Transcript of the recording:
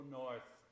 north